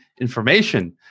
information